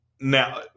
Now